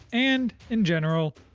and, in general,